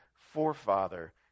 forefather